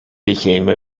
became